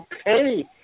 okay